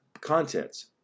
contents